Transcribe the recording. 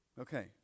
Okay